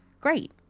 Great